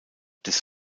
des